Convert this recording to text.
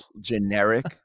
generic